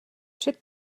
před